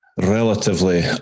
relatively